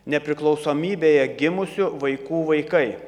nepriklausomybėje gimusių vaikų vaikai